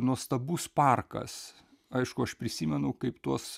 nuostabus parkas aišku aš prisimenu kaip tuos